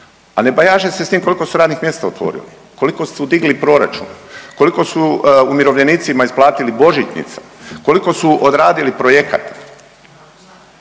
a ne bajaže se sa tim koliko su radnih mjesta otvorili, koliko su digli proračun, koliko su umirovljenicima isplatili božićnica, koliko su odradili projekata.